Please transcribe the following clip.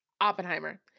Oppenheimer